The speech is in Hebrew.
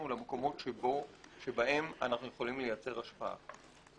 למקומות שבהם אנחנו יכולים לייצר השפעה.